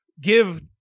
give